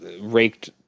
raked